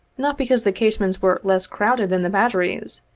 not because the casemates were less crowded than the batteries,